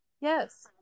Yes